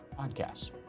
podcasts